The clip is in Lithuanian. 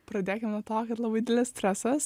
pradėkim nuo to kad labai didelis stresas